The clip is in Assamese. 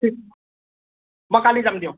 মই কালি যাম দিয়ক